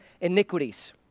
iniquities